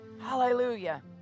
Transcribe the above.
Hallelujah